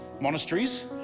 monasteries